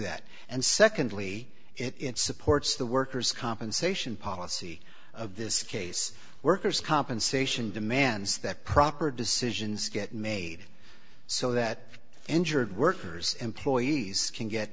that and secondly it supports the worker's compensation policy of this case worker's compensation demands that proper decisions get made so that injured workers employees can get